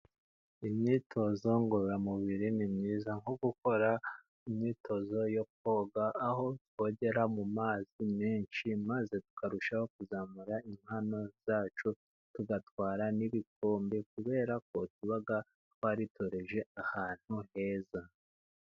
Imyitozo ngororamubiri ni myiza, nko gukora imyitozo yo koga, aho twogera mu mazi menshi, maze tukarushaho kuzamura impano zacu tugatwara n'ibikombe, kubera ko tuba twaritoreje ahantu heza.